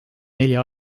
nelja